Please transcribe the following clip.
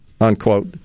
unquote